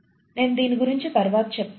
నేను దీని గురించి తరువాత చెప్తాను